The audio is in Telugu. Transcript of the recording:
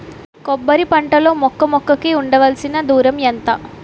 కొబ్బరి పంట లో మొక్క మొక్క కి ఉండవలసిన దూరం ఎంత